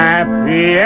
Happy